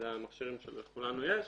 אלה המכשירים שלכולנו יש,